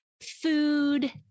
food